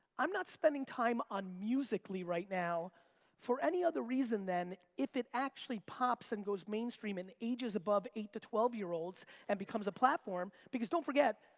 i'm not spending time on musical ly right now for any other reason than if it actually pops and goes mainstream in the ages above eight to twelve year olds and becomes a platform. because don't forget,